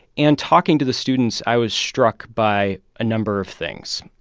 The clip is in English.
and talking to the students, i was struck by a number of things.